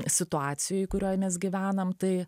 situacijoj kurioj mes gyvenam tai